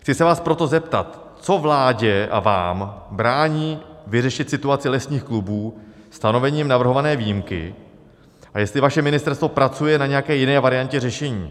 Chci se vás proto zeptat, co vládě a vám brání vyřešit situaci lesních klubů stanovením navrhované výjimky a jestli vaše ministerstvo pracuje na nějaké jiné variantě řešení.